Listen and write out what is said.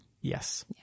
Yes